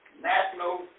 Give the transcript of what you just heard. national